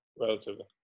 Relatively